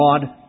God